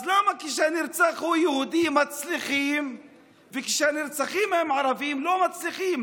אז למה כשהנרצח הוא יהודי מצליחים וכשהנרצחים הם ערבים לא מצליחים?